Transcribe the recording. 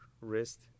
wrist